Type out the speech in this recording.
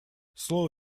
слово